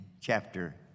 chapter